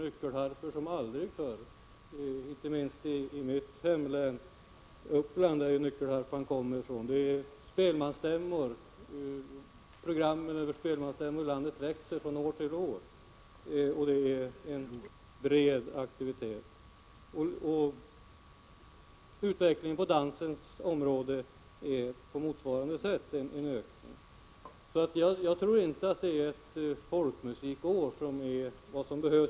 Nyckelharpor byggs som aldrig förr, inte minst i mitt hemlän, Uppsala län, varifrån nyckelharpan kommer. Programmen över spelmansstämmor i landet växer från år till år, och det är fråga om breda aktiviteter. Motsvarande gäller också på dansens område. Jag tror alltså inte att det behövs ett Folkmusikens år.